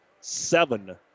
seven